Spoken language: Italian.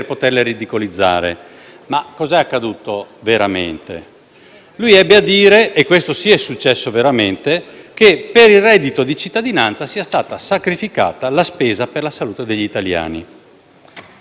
Lui ebbe a dire - e questo, sì, è successo veramente - che per il reddito di cittadinanza sia stata sacrificata la spesa per la salute degli italiani. A questo ho replicato, e non ad altro, come vorrebbe far passare.